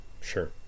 Sure